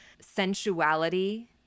sensuality